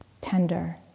Tender